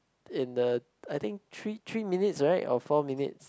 in the I think three three minutes right or four minutes